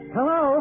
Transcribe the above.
Hello